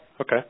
Okay